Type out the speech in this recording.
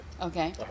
okay